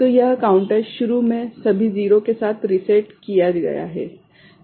तो यह काउंटर शुरू में सभी 0 के साथ रीसेट किया गया है